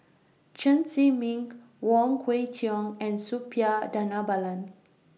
Chen Zhiming Wong Kwei Cheong and Suppiah Dhanabalan